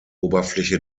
oberfläche